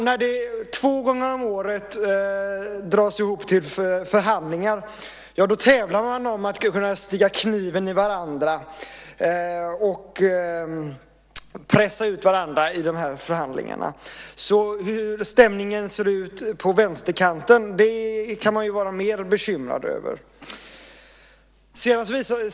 När det två gånger om året drar ihop sig till förhandlingar tävlar man om att kunna sticka kniven i varandra och pressa ut varandra i förhandlingarna. Man kan alltså vara mer bekymrad över hur stämningen ser ut på vänsterkanten.